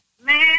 Man